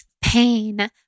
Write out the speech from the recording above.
pain